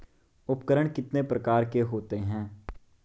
उपकरण कितने प्रकार के होते हैं?